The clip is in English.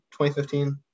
2015